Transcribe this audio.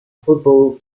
football